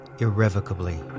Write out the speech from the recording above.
irrevocably